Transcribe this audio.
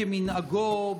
כמנהגו,